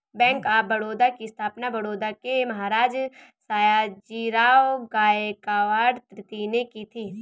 bank of Baroda की स्थापना बड़ौदा के महाराज सयाजीराव गायकवाड तृतीय ने की थी